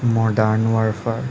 modern warfare